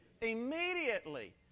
Immediately